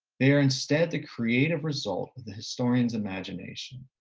they are instead the creative result of the historian's imagination.